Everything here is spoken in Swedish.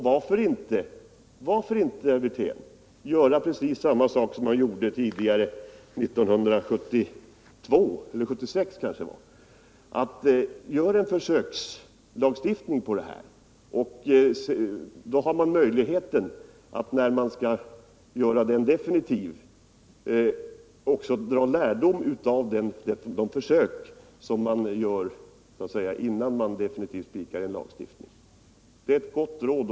Varför inte, herr Wirtén, göra precis samma sak som vi gjorde tidigare, 1972, nämligen att skapa en försökslagstiftning? Då finns det möjlighet att dra lärdom av det försöket när man skall spika en definitiv lagstiftning. Det är ett gott råd.